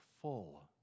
full